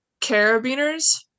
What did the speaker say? carabiners